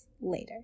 later